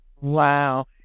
Wow